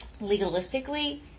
legalistically